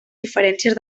diferències